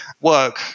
work